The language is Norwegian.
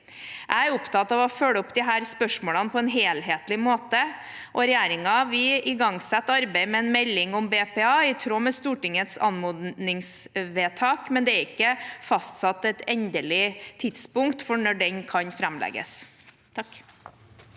Jeg er opptatt av å følge opp disse spørsmålene på en helhetlig måte. Regjeringen igangsetter arbeidet med en melding om BPA, i tråd med Stortingets anmodningsvedtak, men det er ikke fastsatt et endelig tidspunkt for når den kan framlegges.